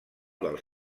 dels